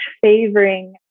favoring